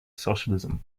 socialism